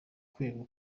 kwibwa